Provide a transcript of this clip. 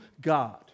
God